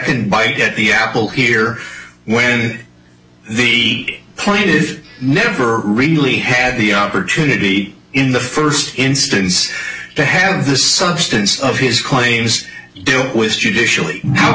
second bite at the apple here when the point is never really had the opportunity in the first instance to have the substance of his claims